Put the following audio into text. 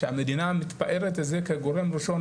שהמדינה מתפארת בזה כגורם ראשון,